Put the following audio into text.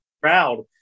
proud